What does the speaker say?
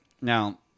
Now